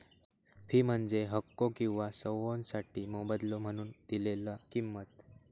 fee म्हणजे हक्को किंवा सेवोंसाठी मोबदलो म्हणून दिलेला किंमत